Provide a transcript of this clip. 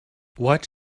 what